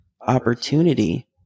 opportunity